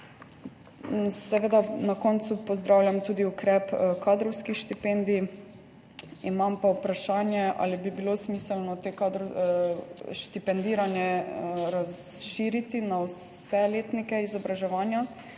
Na koncu pozdravljam tudi ukrep kadrovskih štipendij. Imam pa vprašanje, ali bi bilo smiselno to štipendiranje razširiti na vse letnike izobraževanja,